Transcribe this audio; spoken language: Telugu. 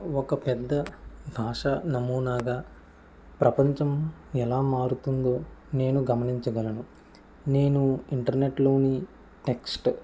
ఒక పెద్ద ఆశ నమూనాగా ప్రపంచం ఎలా మారుతుందో నేను గమనించగలను నేను ఇంటర్నెట్ లోని టెక్స్ట్